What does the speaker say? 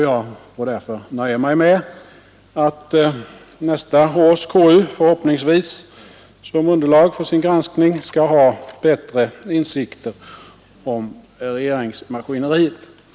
Jag får därför nöja mig med att nästa års konstitutionsutskott förhoppningsvis som underlag för sin granskning skall ha bättre insikter om regeringsmaskine Nr 74 Bet ET a .